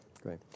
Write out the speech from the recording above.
Great